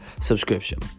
subscription